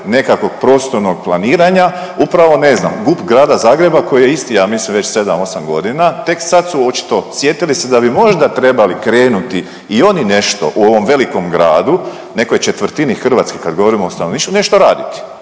nekakvog prostornog planiranja upravo ne znam GUP Grada Zagreba koji je isti ja mislim već 7-8.g. tek sad su očito sjetili se da bi možda trebali krenuti i oni nešto u ovom velikom gradu, nekoj četvrtini Hrvatske kad govorimo o stanovništvu, nešto raditi,